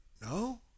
No